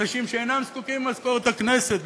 אנשים שאינם זקוקים למשכורת הכנסת,